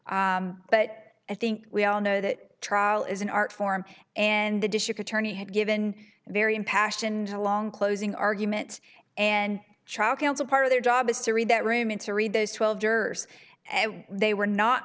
brief but i think we all know that trial is an art form and the district attorney had given a very impassioned long closing argument and child counsel part of their job is to read that room and to read those twelve jurors and they were not